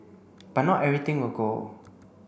but not everything will go